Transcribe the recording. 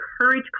encourage